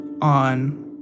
on